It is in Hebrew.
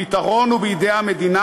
הפתרון הוא בידי המדינה,